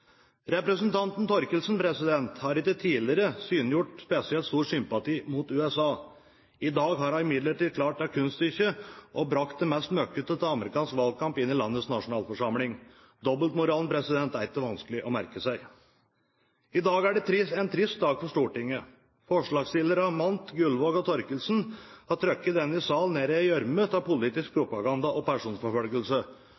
Representanten Thorkildsen har ikke tidligere synliggjort spesielt stor sympati for USA. I dag har hun imidlertid klart det kunststykket å bringe det mest møkkete av amerikansk valgkamp inn i landets nasjonalforsamling. Dobbeltmoralen er det ikke vanskelig å merke seg. I dag er det en trist dag for Stortinget. Forslagsstillerne, Mandt, Gullvåg og Thorkildsen, har trykt denne salen ned i en gjørme av politisk